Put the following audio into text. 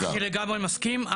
אני לגמרי מסכים.